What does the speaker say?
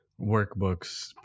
workbooks